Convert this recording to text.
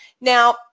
Now